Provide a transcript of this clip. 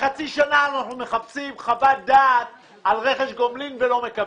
חצי שנה אנחנו מחפשים חוות דעת על רכש גומלין ולא מקבלים.